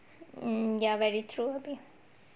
ya ya very true okay